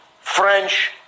French